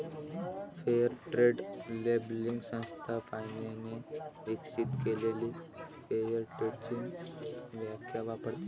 fair trade labelling संस्था फाइनने विकसित केलेली फेअर ट्रेडची व्याख्या वापरते